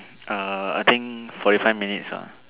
uh I think forty five minutes ah